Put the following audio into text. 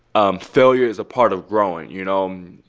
um failure is a part of growing, you know. um